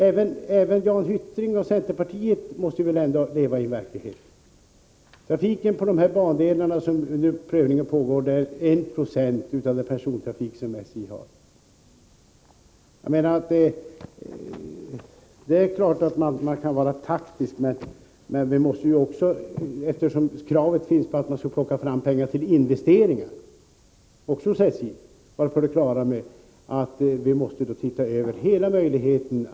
Och även Jan Hyttring och centerpartiet måste leva i verkligheten. Ni måste förstå att trafiken på dessa bandelar, beträffande vilka prövning pågår, utgör endast 1 96 av SJ:s persontrafik. Det är klart att man kan vara taktisk, men eftersom det finns krav på att vi skall anslå pengar också till investeringar, måste vi ha klart för oss att vi skall ta ansvar vad gäller hela verksamheten.